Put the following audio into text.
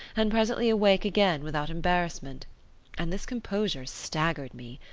and presently awake again without embarrassment and this composure staggered me.